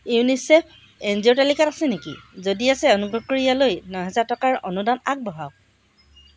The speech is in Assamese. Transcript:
ইউনিচেফ এন জি অ'ৰ তালিকাত আছে নেকি যদি আছে অনুগ্ৰহ কৰি ইয়ালৈ ন হেজাৰ টকাৰ অনুদান আগবঢ়াওক